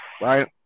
Right